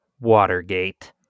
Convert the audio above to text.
Watergate